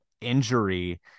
injury